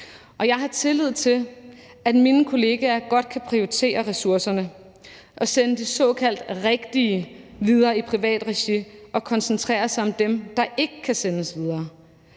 jeg har tillid til, at mine kollegaer godt kan prioritere ressourcerne og sende de såkaldt rigtige videre i privat regi og koncentrere sig om dem, der ikke kan sendes videre.